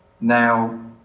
Now